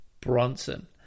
Bronson